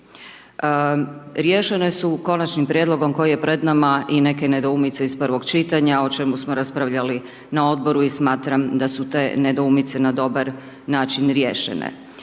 Riješene su Konačnim prijedlogom koji je pred nama i neke nedoumice iz prvog čitanja, o čemu smo raspravljali na Odboru i smatram da su te nedoumice na dobar način riješene.